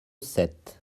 sept